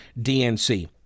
DNC